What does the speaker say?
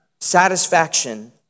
Satisfaction